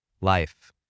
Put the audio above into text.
life